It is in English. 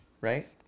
right